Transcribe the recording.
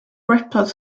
reptiles